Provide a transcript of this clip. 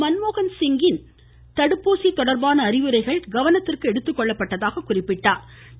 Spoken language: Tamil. மன்மோகன்சிங்கின் தடுப்பூசி தொடர்பான அறிவுரைகள் கவனத்திற்கு எடுத்துக்கொள்ளப்பட்டதாக கூறினாா்